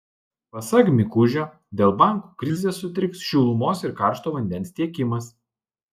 pasak mikužio dėl bankų krizės sutriks šilumos ir karšto vandens tiekimas